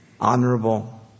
honorable